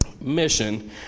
mission